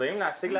בסדר.